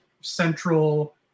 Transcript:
central